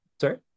sorry